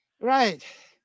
Right